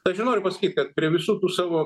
aš nenoriu pasakyt kad prie visų tų savo